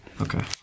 Okay